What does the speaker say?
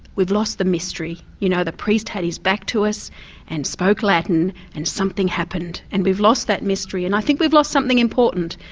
we've lost the mystery you know, the priest had his back to us and spoke latin and something happened and we've lost that mystery. and i think we've lost something important.